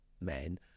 men